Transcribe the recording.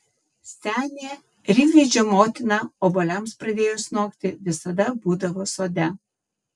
senė rimydžio motina obuoliams pradėjus nokti visada būdavo sode